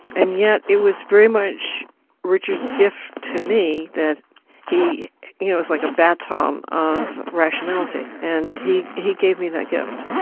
and yet it was very much richard's gift to me that he you know was like a baton of rationality and he he gave me that gift.